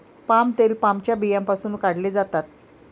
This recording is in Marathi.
पाम तेल पामच्या बियांपासून काढले जाते